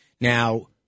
Now